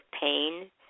pain